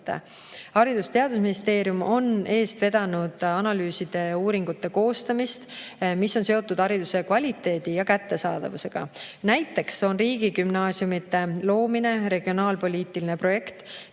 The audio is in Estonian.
ja Teadusministeerium on eest vedanud analüüside ja uuringute koostamist, mis on seotud hariduse kvaliteedi ja kättesaadavusega. Näiteks on riigigümnaasiumide loomine regionaalpoliitiline projekt,